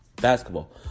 basketball